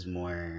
more